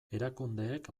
erakundeek